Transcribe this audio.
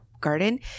Garden